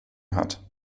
hat